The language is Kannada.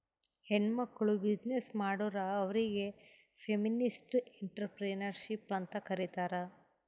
ಹೆಣ್ಮಕ್ಕುಳ್ ಬಿಸಿನ್ನೆಸ್ ಮಾಡುರ್ ಅವ್ರಿಗ ಫೆಮಿನಿಸ್ಟ್ ಎಂಟ್ರರ್ಪ್ರಿನರ್ಶಿಪ್ ಅಂತ್ ಕರೀತಾರ್